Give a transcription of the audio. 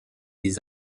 des